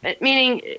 meaning